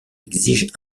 exige